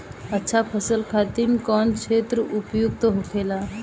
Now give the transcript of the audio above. अच्छा फसल खातिर कौन क्षेत्र उपयुक्त होखेला?